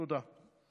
תודה.